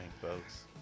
folks